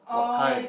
what time